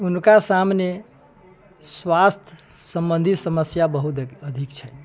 हुनका सामने स्वास्थ्य सम्बन्धी समस्या बहुत अधिक छन्हि